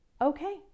okay